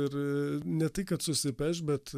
ir ne tai kad susipeš bet